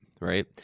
right